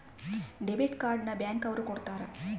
debit card ನ bank ಅವ್ರು ಕೊಡ್ತಾರ